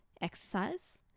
exercise